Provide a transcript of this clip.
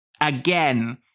again